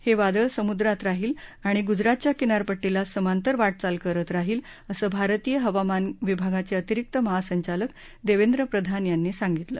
हे वादळ समुद्रात राहील आणि गुजरातच्या किनारपट्टीला समांतर वाटचाल करत राहील असं भारतीय हवामान विभागाचे अतिरिक्त महासंचालक देवेंद्र प्रधान यांनी सांगितलं